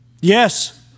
Yes